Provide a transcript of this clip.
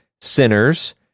sinners